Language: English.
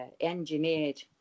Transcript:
engineered